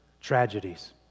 tragedies